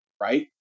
right